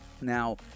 now